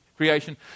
creation